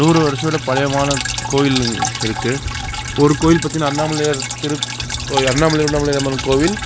நூறு வருஷமுள்ள பழமைமான கோயில் இருக்குது ஒரு கோயில் பார்த்திங்கன்னா அண்ணாமலையார் திரு அண்ணாமலையார் உண்ணாமலை அம்மன் கோயில்